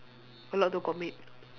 a lot to commit